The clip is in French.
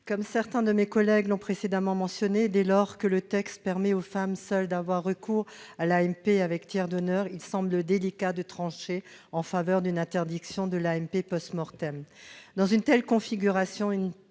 Comme certains de mes collègues l'ont précédemment mentionné, dès lors que le texte permet aux femmes seules d'avoir recours à l'AMP (assistance médicale à la procréation) avec tiers donneur, il semble délicat de trancher en faveur d'une interdiction de l'AMP. Dans une telle configuration, une